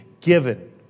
given